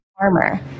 armor